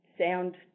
sound